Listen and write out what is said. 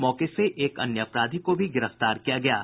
मौके से एक अन्य अपराधी को भी गिरफ्तार किया गया है